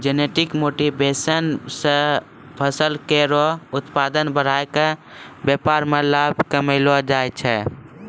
genetic modification सें फसल केरो उत्पादन बढ़ाय क व्यापार में लाभ कमैलो जाय छै